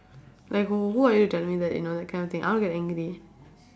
like who who are you telling me that you know that kind of thing I'll get angry